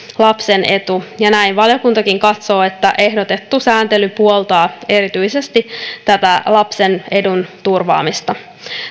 lapsen etu ja näin valiokuntakin katsoo että ehdotettu sääntely puoltaa erityisesti tätä lapsen edun turvaamista